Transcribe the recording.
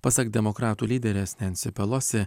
pasak demokratų lyderės nensi pelosi